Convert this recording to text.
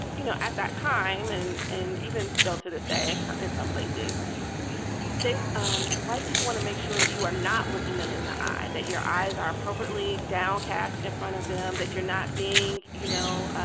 you know, at that time and and even still to this day so and in some places they um white people want to make sure that you are not looking them in the eye, that your eyes are appropriately downcast in front of them, that you're not being, you know,